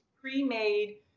pre-made